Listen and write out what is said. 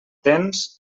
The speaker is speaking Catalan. tens